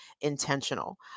intentional